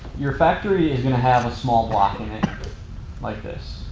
your factory is gonna have a small block like this.